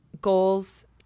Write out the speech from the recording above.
goals